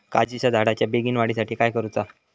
काजीच्या झाडाच्या बेगीन वाढी साठी काय करूचा?